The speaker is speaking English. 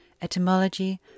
Etymology